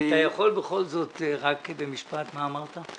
-- אתה יכול בכל זאת רק במשפט, מה אמרת?